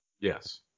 Yes